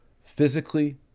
physically